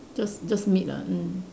just just meat lah mm